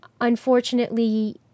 unfortunately